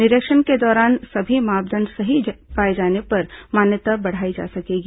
निरीक्षण के दौरान सभी मापदंड सही पाए जाने पर मान्यता बढ़ाई जा सकेगी